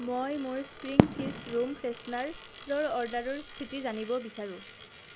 মই মোৰ spring fest room ফ্ৰেছনাৰৰ অৰ্ডাৰৰ স্থিতি জানিব বিচাৰোঁ